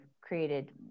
created